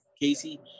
Casey